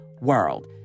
world